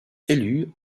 élue